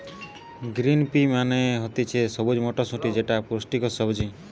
green pea মানে হতিছে সবুজ মটরশুটি যেটা পুষ্টিকর সবজি